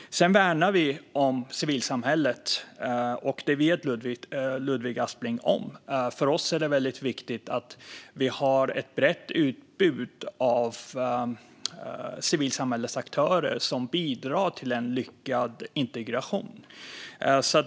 Sedan värnar vi om civilsamhället, och det vet Ludvig Aspling. För oss är det väldigt viktigt att vi har ett brett utbud av civilsamhällesaktörer som bidrar till en lyckad integration.